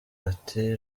ati